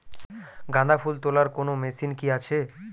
গাঁদাফুল তোলার কোন মেশিন কি আছে?